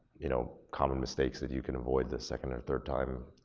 you know, common mistakes that you can avoid the second or third time.